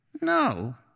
No